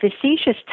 facetious